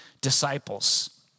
disciples